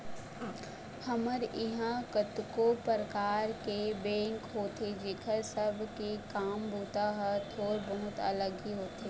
हमर इहाँ कतको परकार के बेंक होथे जेखर सब के काम बूता ह थोर बहुत अलग ही होथे